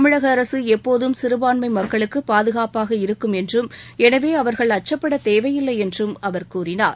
தமிழக அரசு எப்போதும் சிறுபான்மை மக்களுக்கு பாதுகாகப்பாக இருக்கும் என்றும் எனவே அவர்கள் அச்சப்படத் தேவையில்லை என்றும் அவர் கூறினார்